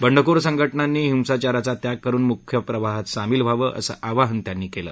बंडखोर संघटनांनी हिंसाचाराचा त्याग करुन मुख्य प्रवाहात सामिल व्हावं असं आवाहन त्यांनी केलं